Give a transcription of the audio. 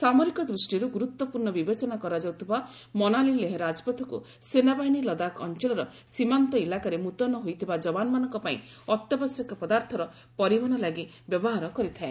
ସାମରିକ ଦୃଷ୍ଟିରୁ ଗୁରୁତ୍ୱପୂର୍ଣ୍ଣ ବିବେଚନା କରାଯାଉଥିବା ମନାଲୀ ଲେହ ରାଜପଥକୁ ସେନାବାହିନୀ ଲଦାଖ ଅଞ୍ଚଳର ସୀମାନ୍ତ ଇଲାକାରେ ମୁତୟନ ହୋଇଥିବା ଯବାନମାନଙ୍କ ପାଇଁ ଅତ୍ୟାବଶ୍ୟକ ପଦାର୍ଥର ପରିବହନ ଲାଗି ବ୍ୟବହାର କରିଥାଏ